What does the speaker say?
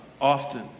often